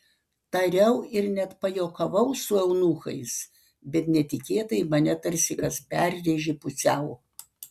tariau ir net pajuokavau su eunuchais bet netikėtai mane tarsi kas perrėžė pusiau